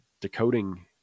decoding